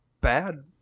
bad